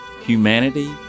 humanity